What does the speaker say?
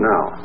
Now